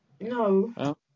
No